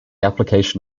application